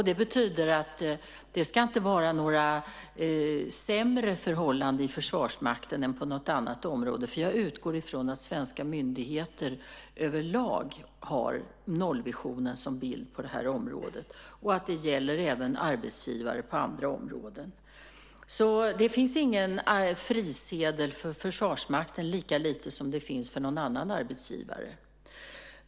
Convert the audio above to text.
Det betyder att det inte ska vara några sämre förhållanden i Försvarsmakten än på något annat område, för jag utgår från att svenska myndigheter överlag har nollvisionen som bild på det här området och att det även gäller arbete arbetsgivare på andra områden. Det finns alltså ingen frisedel för Försvarsmakten lika lite som det finns det för någon annan arbetsgivare.